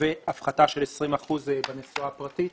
והפחתה של 20 אחוזים בנסועה הפרטית